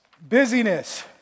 Busyness